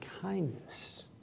kindness